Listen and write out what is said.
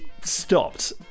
stopped